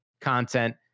content